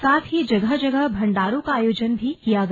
साथ ही जगह जगह भंडारों का आयोजन भी किया गया